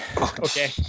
Okay